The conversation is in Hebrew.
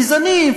גזענים,